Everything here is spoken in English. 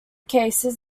cases